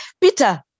Peter